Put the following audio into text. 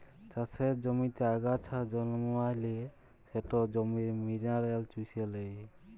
চাষের জমিতে আগাছা জল্মালে সেট জমির মিলারেলস চুষে লেই